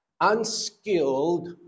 unskilled